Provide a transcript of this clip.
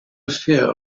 fear